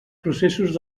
processos